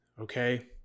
Okay